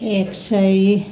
एक सय